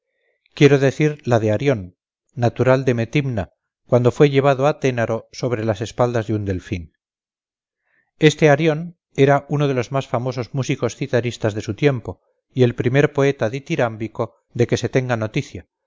quiero decir la de arión natural de metimna cuando fue llevado a ténaro sobre las espaldas de un delfín este arión era uno de los más famosos músicos citaristas de su tiempo y el primer poeta dityrámbico de que se tenga noticia